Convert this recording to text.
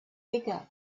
bigger